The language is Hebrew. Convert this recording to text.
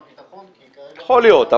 הביטחון כי כרגע מוסד לימודי --- יכול להיות,